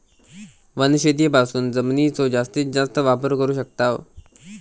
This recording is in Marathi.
वनशेतीपासून जमिनीचो जास्तीस जास्त वापर करू शकताव